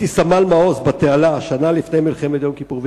הייתי סמל מעוז בתעלה, שנה לפני מלחמת יום כיפור.